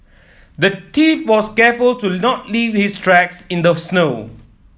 the thief was careful to not leave his tracks in the snow